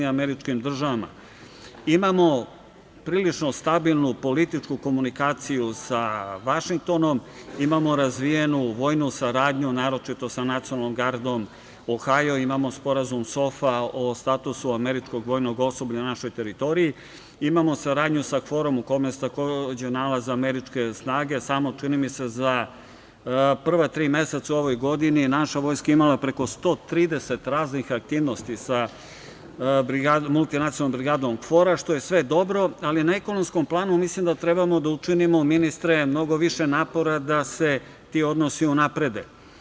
Imamo prilično stabilnu političku komunikaciju sa Vašingtonom, imamo razvijenu vojnu saradnju, naročito sa Nacionalnom gardom Ohajo, imamo Sporazum SOFA o statusu američkog vojnog osoblja na našoj teritoriji, imao saradnju sa KFOR-om u kome se takođe nalaze američke snage samo, čini mi se, za prva tri meseca u ovoj godini, naša vojska je imala preko 130 raznih aktivnosti sa Multinacionalnom brigadom KFOR-a, što je sve dobro, ali na ekonomskom planu mislim da trebamo da učinimo, ministre, mnogo više napora da se ti odnosi unaprede.